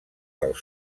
dels